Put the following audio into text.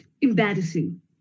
embarrassing